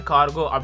Cargo